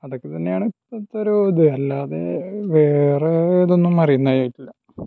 അതൊക്കെ തന്നെയാണ് ഇപ്പോഴത്തെ ഒരു ഇത് അല്ലാതെ വേറേ ഏതൊന്നും അറിയുന്നത് ആയിട്ടില്ല